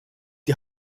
die